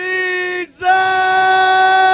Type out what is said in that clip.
Jesus